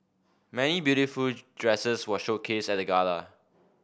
many beautiful dresses were showcased at the gala